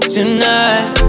Tonight